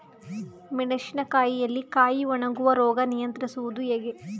ಮೆಣಸಿನ ಕಾಯಿಯಲ್ಲಿ ಕಾಯಿ ಒಣಗುವ ರೋಗ ನಿಯಂತ್ರಿಸುವುದು ಹೇಗೆ?